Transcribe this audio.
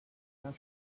jahr